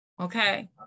Okay